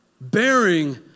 Bearing